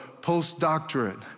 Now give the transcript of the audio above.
postdoctorate